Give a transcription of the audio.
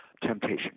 temptation